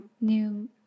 new